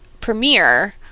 premiere